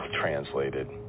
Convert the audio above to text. translated